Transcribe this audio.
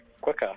quicker